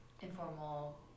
informal